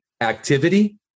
activity